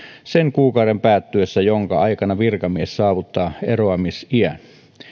sen kuukauden päättyessä jonka aikana virkamies saavuttaa eroamisiän